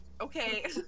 okay